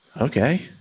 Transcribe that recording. okay